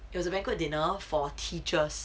it was a very good dinner for teachers